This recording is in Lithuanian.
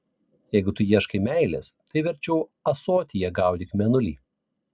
jeigu tu ieškai meilės tai verčiau ąsotyje gaudyk mėnulį